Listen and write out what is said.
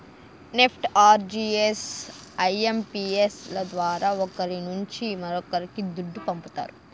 NEFT, RTGS, IMPS ల ద్వారా ఒకరి నుంచి మరొక్కరికి దుడ్డు పంపతారు